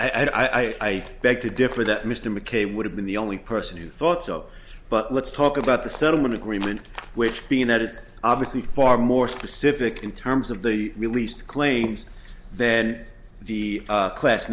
i'd beg to differ that mr mckay would have been the only person who thought so but let's talk about the settlement agreement which being that it's obviously far more specific in terms of the released claims then the class